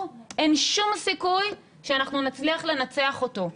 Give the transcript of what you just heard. אין שום סיכוי שאנחנו נצליח לנצח אותו.